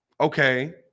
Okay